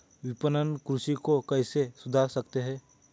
विपणन कृषि को कैसे सुधार सकते हैं?